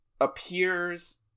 appears